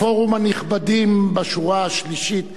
פורום הנכבדים בשורה השלישית,